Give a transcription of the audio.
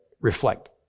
reflect